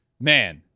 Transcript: man